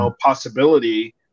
possibility